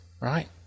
right